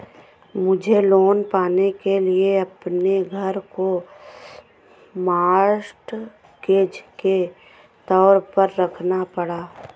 मुझे लोन पाने के लिए अपने घर को मॉर्टगेज के तौर पर रखना पड़ा